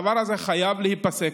הדבר הזה חייב להיפסק.